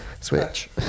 switch